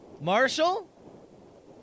Marshall